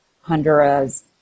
Honduras